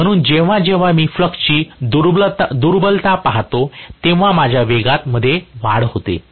म्हणून जेव्हा जेव्हा मी फ्लक्स ची दुर्बलता पाहतो तेव्हा माझ्या वेगामध्ये वाढ होते